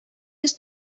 йөз